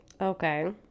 okay